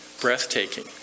Breathtaking